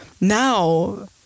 Now